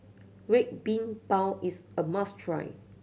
Red Bean Bao is a must try